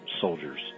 soldiers